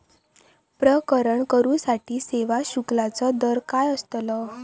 प्रकरण करूसाठी सेवा शुल्काचो दर काय अस्तलो?